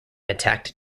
attacked